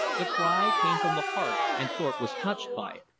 the cry came from the heart, and thorpe was touched by it.